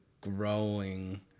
growing